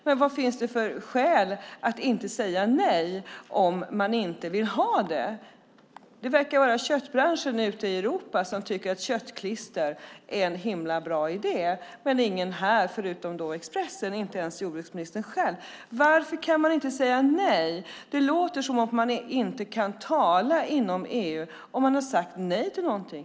Men vad finns det för skäl att inte säga nej om man inte vill ha det? Det verkar vara köttbranschen ute i Europa som tycker att köttklister är en himla bra idé men ingen här, förutom Expressen, inte ens jordbruksministern själv. Varför kan man inte säga nej? Det låter som att man inte kan tala inom EU om man har sagt nej till någonting.